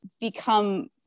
become